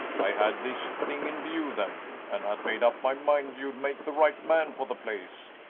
i had this thing in view then, and had made up my mind you'd make the right man for the place,